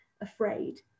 afraid